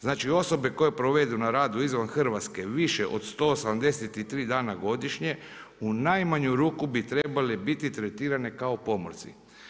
Znači osobe koje provedu na radu izvan Hrvatske više od 183 dana godišnje u najmanju ruku bi trebale biti tretirane kao pomorci.